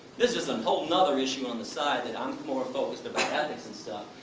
this is a whole and other issue on the side, that i'm more focused about ethics and stuff.